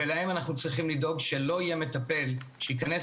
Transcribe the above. להם אנחנו צריכים לדאוג שלא יהיה מטפל שייכנס